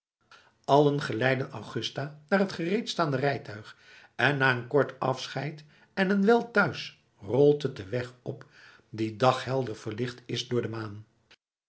allen geleiden augusta naar het gereedstaande rijtuig en na een kort afscheid en een wel thuis rolt het den weg op die daghelder verlicht is door de maan